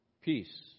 Peace